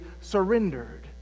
surrendered